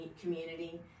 community